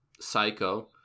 Psycho